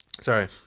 Sorry